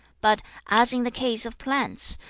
but as in the case of plants,